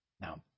Now